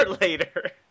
later